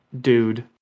dude